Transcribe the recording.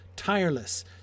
Tireless